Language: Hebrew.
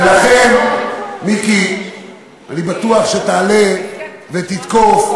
לכן, מיקי, אני בטוח שתעלה ותתקוף,